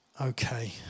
Okay